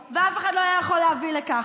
ואף אחד לא יכול היה להביא לכך,